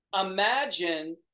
Imagine